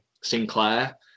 sinclair